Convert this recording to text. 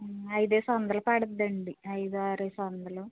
ఐదు వేసి వందలు పడుతుంది అండి అయిదారు వేసి వందలు